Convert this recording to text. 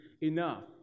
enough